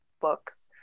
books